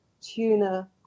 tuna